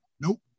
Nope